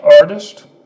artist